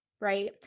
right